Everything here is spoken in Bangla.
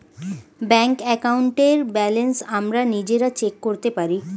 ব্যাংক অ্যাকাউন্টের ব্যালেন্স আমরা নিজেরা চেক করতে পারি